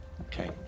Okay